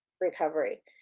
recovery